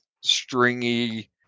stringy